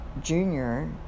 Junior